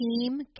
team